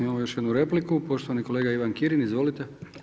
Imamo još jednu repliku, poštovani kolega Ivan Kirin, izvolite.